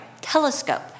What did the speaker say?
telescope